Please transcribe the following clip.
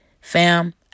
Fam